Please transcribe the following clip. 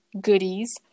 goodies